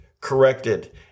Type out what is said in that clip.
corrected